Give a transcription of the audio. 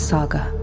Saga